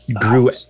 grew